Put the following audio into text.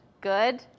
Good